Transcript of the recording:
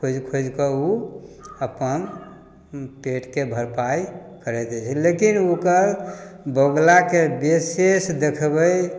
खोजि खोजिकऽ ओ अपन पेटके भरपाइ करै रहै छै लेकिन ओकर बगुलाके विशेष देखबै